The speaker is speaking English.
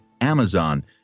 Amazon